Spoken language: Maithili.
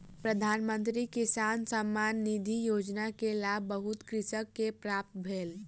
प्रधान मंत्री किसान सम्मान निधि योजना के लाभ बहुत कृषक के प्राप्त भेल